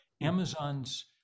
Amazon's